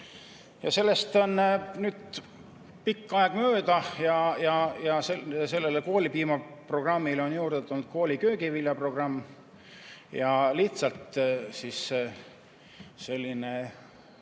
Sellest on nüüd palju aega möödas ja koolipiimaprogrammile on juurde tulnud kooliköögiviljaprogramm ja lihtsalt selline